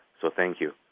so thank you.